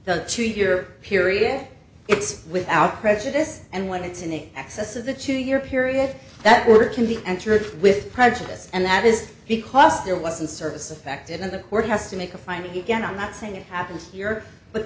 the two year period it's without prejudice and when it's in excess of the two year period that were can be entered with prejudice and that is because there was an service affected and the word has to make a fine again i'm not saying it happens here but